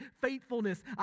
faithfulness